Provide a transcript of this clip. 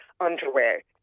underwear